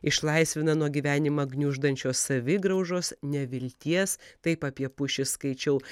išlaisvina nuo gyvenimą gniuždančios savigraužos nevilties taip apie pušį skaičiau